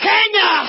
Kenya